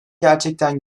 gerçekten